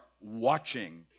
watching